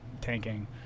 tanking